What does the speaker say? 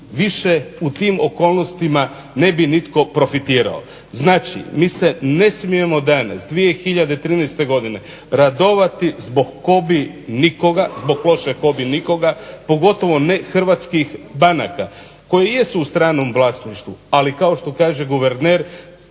više u tim okolnostima ne bi nitko profitirao. Znači mi se ne smijemo danas 2013. godine radovati zbog kobi nikoga, zbog loše kobi nikoga pogotovo ne hrvatskih banaka koje jesu u stranom vlasništvu ali kao što kaže guverner